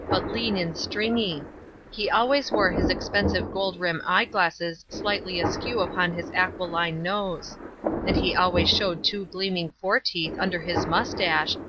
but lean and stringy he always wore his expensive gold-rim eye-glasses slightly askew upon his aquiline nose and he always showed two gleaming foreteeth under his moustache,